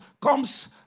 comes